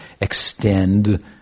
extend